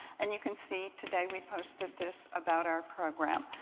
and you can see, today we posted this about our program.